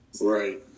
Right